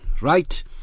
right